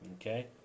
okay